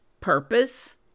purpose